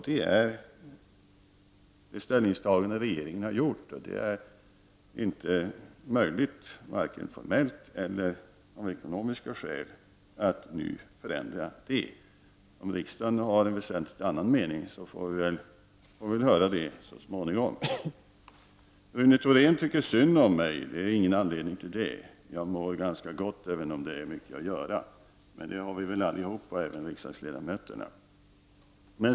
Det är det ställningstagande regeringen har gjort, och det är inte möjligt, varken formellt eller av ekonomiska skäl, att nu förändra det. Om riksdagen har en väsentligt avvikande mening, får vi väl höra det så småningom. Rune Thorén tycker synd om mig. Det finns ingen anledning till det. Jag mår ganska gott, även om jag har mycket att göra — men det har vi väl alla, även riksdagsledamöterna.